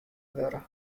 wurde